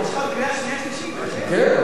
חכה,